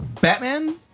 Batman